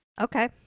Okay